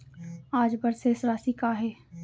आज बर शेष राशि का हे?